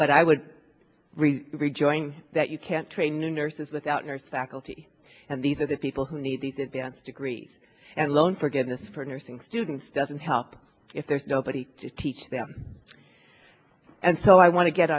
but i would really rejoin that you can't train new nurses without nurse faculty and these are the people who need these advanced degrees and loan forgiveness for nursing students doesn't help if there's nobody to teach them and so i want to get